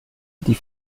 die